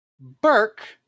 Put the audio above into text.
Burke